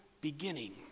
beginning